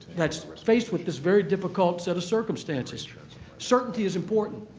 that's faced with this very difficult set of circumstances. certainty is important.